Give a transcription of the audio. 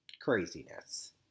craziness